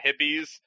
hippies